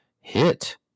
hit